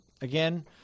Again